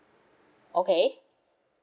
okay